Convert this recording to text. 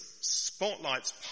spotlights